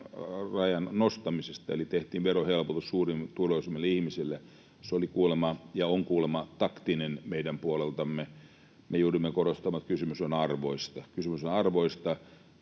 tehtiin verohelpotus suurituloisimmille ihmisille. Se oli kuulemma ja on kuulemma taktinen meidän puoleltamme. Me joudumme korostamaan, että kysymys on arvoista.